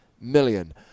million